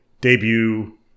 debut